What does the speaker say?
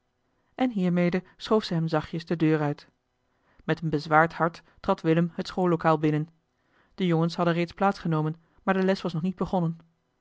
en hiermede schoof ze hem zachtjes de deur uit met een bezwaard hart trad willem het schoollokaal binnen de jongens hadden reeds plaats genomen maar de les was nog niet begonnen